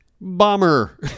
bomber